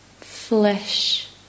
flesh